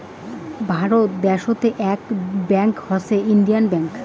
ভারত দ্যাশোতের আক ব্যাঙ্কত হসে ইন্ডিয়ান ব্যাঙ্ক